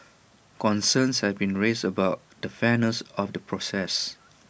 concerns have been raised about the fairness of the process